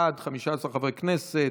בעד, 15 חברי כנסת,